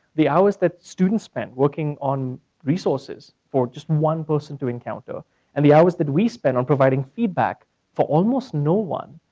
the hours that students spend working on resources for just one person doing. and the hours that we spend on providing feedback for almost no one.